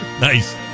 nice